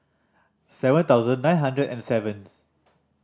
seven thousand nine hundred and seventh